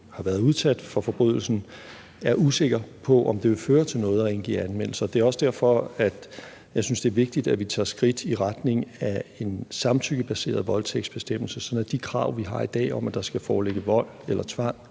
har været udsat for forbrydelsen, er usikker på, om det vil føre til noget at indgive anmeldelse. Det er også derfor, jeg synes, at det er vigtigt, at vi tager skridt i retning af en samtykkebaseret voldtægtsbestemmelse, sådan at de krav, vi har i dag, om, at der skal foreligge vold eller tvang